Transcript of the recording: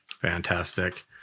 Fantastic